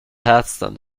hatstand